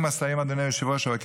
אדוני היושב-ראש,